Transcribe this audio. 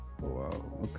Wow